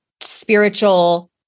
spiritual